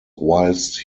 whilst